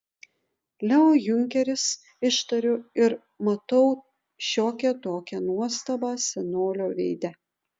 leo junkeris ištariu ir matau šiokią tokią nuostabą senolio veide